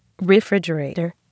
refrigerator